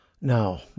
Now